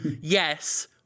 Yes